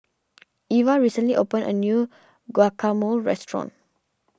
Iva recently opened a new Guacamole restaurant